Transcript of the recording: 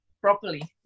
properly